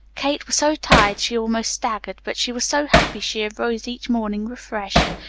kate was so tired she almost staggered but she was so happy she arose each morning refreshed,